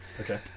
okay